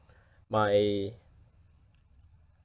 my